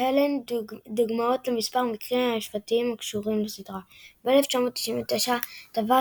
להלן דוגמאות למספר מקרים משפטיים הקשורים לסדרה ב-1999 תבעה